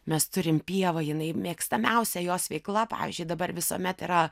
mes turim pievą jinai mėgstamiausia jos veikla pavyzdžiui dabar visuomet yra